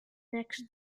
next